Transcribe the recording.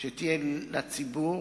שתהיה לציבור